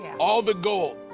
and all the gold,